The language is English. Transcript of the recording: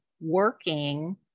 working